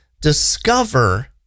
discover